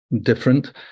different